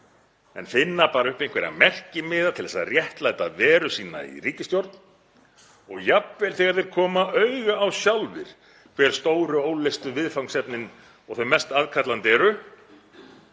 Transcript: Menn finna bara upp einhverja merkimiða til að réttlæta veru sína í ríkisstjórn og jafnvel þegar þeir koma sjálfir auga á hver stóru óleystu viðfangsefnin og þau mest aðkallandi eru